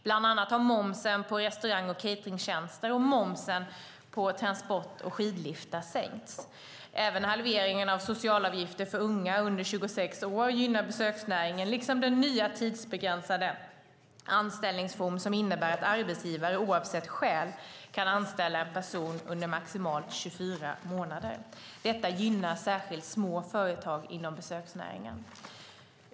Bland annat har momsen på restaurang och cateringtjänster och momsen på transport med skidliftar sänkts. Även halveringen av socialavgifter för ungdomar under 26 år gynnar besöksnäringen, liksom den nya tidsbegränsade anställningsform som innebär att arbetsgivare, oavsett skäl, kan anställa en person under maximalt 24 månader. Detta gynnar särskilt små företag inom besöksnäringen.